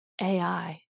AI